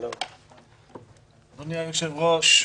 אדוני היושב-ראש,